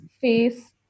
face